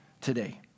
today